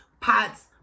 POTS